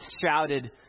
shouted